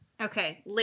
Okay